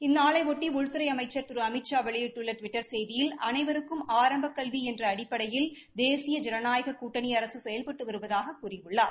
இந்நாறையொட்டி உள்துறை அமைச்ச் திரு அமித்ஷா வெளியிட்டுள்ள டுவிட்டர் செய்தியில் அனைவருக்கும் ஆரம்பக் கல்வி என்ற அடிப்படையில் தேசிய ஜனநாயகக் கூட்டணி அரசு செயல்பட்டு வருவதாக கூறியுள்ளார்